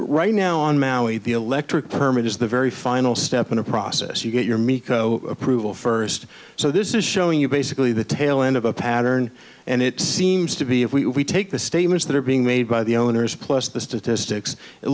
right now on maui the electric permit is the very final step in a process you get your mico approval first so this is showing you basically the tail end of a pattern and it seems to be if we take the statements that are being made by the owners plus the statistics it